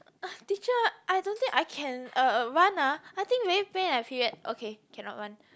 teacher I don't think I can uh run ah I think very pain eh my period okay cannot run